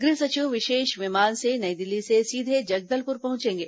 गृह सचिव विशेष विमान से नई दिल्ली से सीधे जगलदपुर पहुंचेंगे